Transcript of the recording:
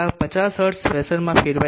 તેથી આ 50 હર્ટ્ઝ ફેશનમાં ફેરવાઈ છે